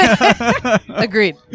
Agreed